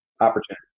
opportunity